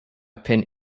pin